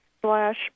slash